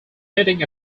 meeting